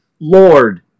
Lord